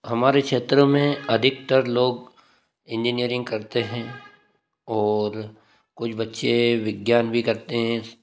हमारे क्षेत्र में अधिकतर लोग इंजीनियरिंग करते करते हैं और कुछ बच्चे विज्ञान भी करते हैं